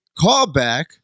callback